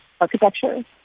architecture